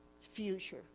future